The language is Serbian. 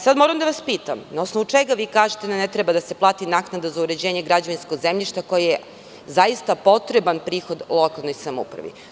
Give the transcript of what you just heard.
Sada moram da vas pitam - na osnovu čega vi kažete da ne treba da se plati naknada za uređenje građevinskog zemljišta koje zaista potreban prihod u lokalnoj samoupravi?